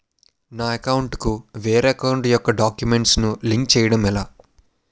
నా అకౌంట్ కు వేరే అకౌంట్ ఒక గడాక్యుమెంట్స్ ను లింక్ చేయడం ఎలా?